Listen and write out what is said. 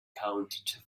count